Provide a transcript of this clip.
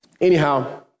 anyhow